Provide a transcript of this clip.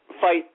fight